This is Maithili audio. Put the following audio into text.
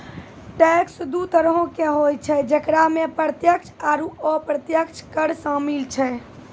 टैक्स दु तरहो के होय छै जेकरा मे प्रत्यक्ष आरू अप्रत्यक्ष कर शामिल छै